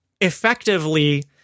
effectively